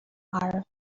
are